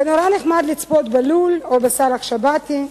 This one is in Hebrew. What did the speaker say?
ונורא נחמד לצפות ב"לול" או ב"סאלח שבתי".